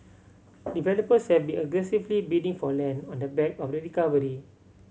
developers have been aggressively bidding for land on the back of the recovery